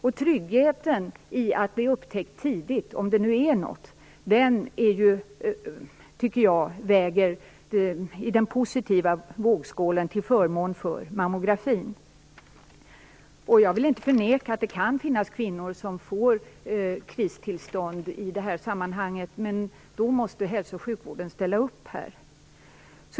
Den trygghet som finns i att det upptäcks tidigt om det är något, tycker jag bör vägas in i vågskålen till förmån för mammografin. Jag vill inte förneka att det kan finnas kvinnor som får kristillstånd i det här sammanhanget, men då måste hälso och sjukvården ställa upp.